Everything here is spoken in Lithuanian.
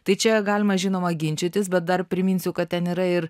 tai čia galima žinoma ginčytis bet dar priminsiu kad ten yra ir